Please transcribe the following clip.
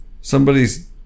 Somebody's